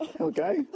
okay